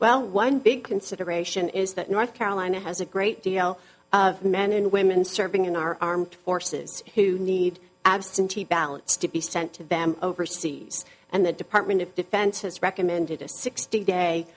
well one big consideration is that north carolina has a great deal of men and women serving in our armed forces who need absentee ballots to be sent to them overseas and the department of defense has recommended a sixty day